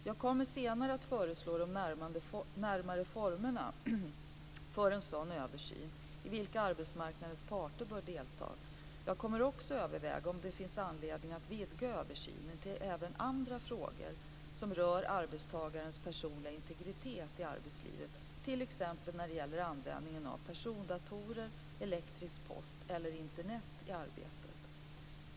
Jag kommer senare att föreslå de närmare formerna för en sådan översyn i vilken arbetsmarknadens parter bör delta. Jag kommer också att överväga om det finns anledning att vidga översynen till även andra frågor som rör arbetstagarens personliga integritet i arbetslivet, t.ex. när det gäller användningen av persondatorer, elektronisk post eller Internet i arbetet.